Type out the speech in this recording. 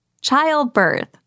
Childbirth